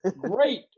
great